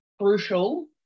crucial